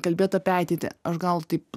kalbėt apie ateitį aš gal taip